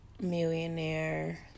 Millionaire